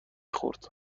خورد